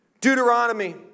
Deuteronomy